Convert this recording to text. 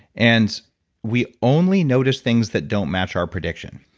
and we only notice things that don't match our prediction